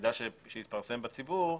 מהמידע שהתפרסם בציבור,